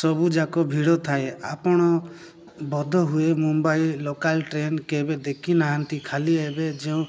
ସବୁଯାକ ଭିଡ଼ ଥାଏ ଆପଣ ବୋଧ ହୁଏ ମୁମ୍ବାଇ ଲୋକାଲ୍ ଟ୍ରେନ କେବେ ଦେଖିନାହାନ୍ତି ଖାଲି ଏବେ ଯେଉଁ